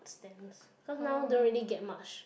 stamps cause now don't really get much